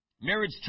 Marriage